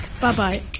Bye-bye